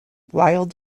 wild